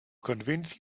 convince